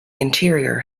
interior